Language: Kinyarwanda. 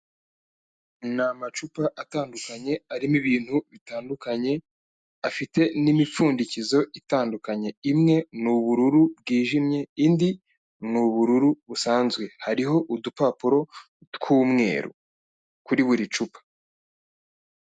Ni amacupa atandukanye arimo ibintu bitandukanye, afite n'imipfundikizo itandukanye. Imwe ni ubururu bwijimye, indi ni ubururu busanzwe, hariho udupapuro tw'umweru kuri buri cupa.